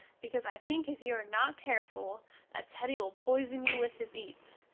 becaus i think if you are not careful that teddy will poison you with his eats.